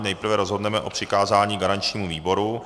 Nejprve rozhodneme o přikázání garančnímu výboru.